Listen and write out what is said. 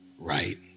Right